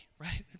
right